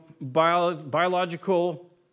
biological